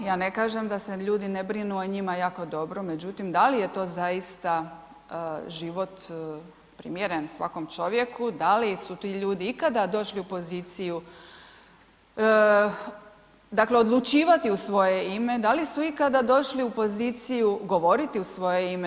Ja ne kažem da se ljudi ne brinu o njima jako dobro, međutim, da li je to zaista život primjeren svakom čovjeku, da li su ti ljudi ikada došli u poziciju odlučivati u svoje ime, da li su ikada došli u poziciju govoriti u svoje ime.